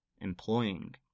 employing